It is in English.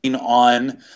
on